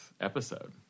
episode